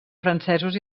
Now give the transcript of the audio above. francesos